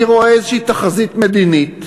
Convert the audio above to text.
אני רואה איזושהי תחזית מדינית,